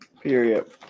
Period